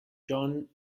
john